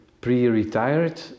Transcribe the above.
pre-retired